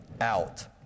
out